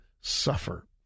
suffer